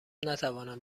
نتوانم